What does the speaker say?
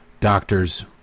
doctor's